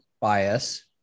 bias